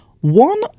one